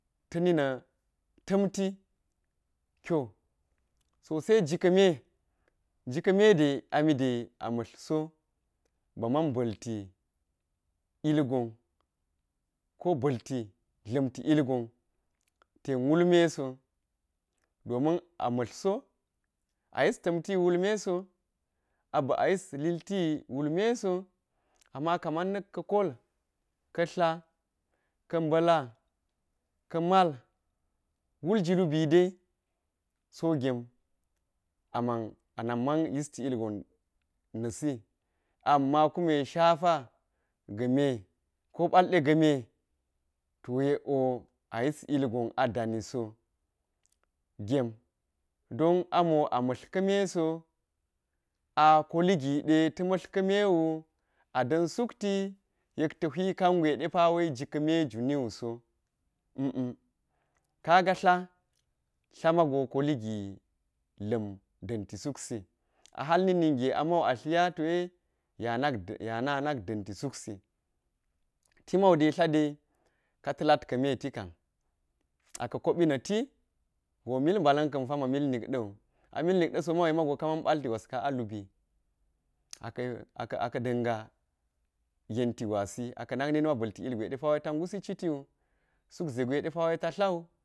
Ta̱ni na̱ ta̱mti kyo so to sai ji ka̱ me ji ka̱ me de a mi de a mati so ba man ba̱lti ilgon ko ba̱lti dla̱mti ilgon ten wul me so domiu a ma̱lti so a yis ta̱mti wulme so abi a yis lilti wulme so ama kamau na̱ ka̱ kol, ka tla, ka̱ mba̱la, ka̱ mal wulji lubide so gem de aman a nak man yisti ilgon na̱ si ama kume shap ga̱ me ko ɓal ɗe ga̱ me to yek wo a yis ilgon a dari so gem don amo a mba̱tl ka̱ meso a koli gi di ta̱ mba̱tl ka̱ mewu a da̱m sukti yek ta̱ hwi kangwe de pawe ji ka̱ me jwu niso kaga tla, tla mago koli gi dla̱m da̱nti suksi a hal na̱kni nge amau a tliya towe ye ya ya anak ana da̱nti suksi ti mau de tla de ka ta̱ lad ka̱ me ta̱ kam aka̱ koɓi na̱ti go mil mba̱la̱n ka̱n pamma kume mil nik da̱wu a mil nik ɗa̱ so man ka man balti gwasi a ka̱- a ka nak nit ma ba̱lti ilgwe ta ngusi citiwu suk ze gwe de pa tatlawu